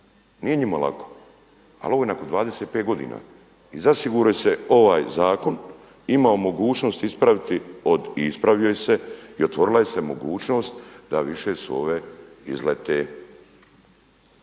Nije njima lako! Ali ovo je nakon 25 godina. I zasigurno se ovaj zakon imao mogućnosti ispraviti i ispravio se i otvorila se mogućnost da više su ove izlete.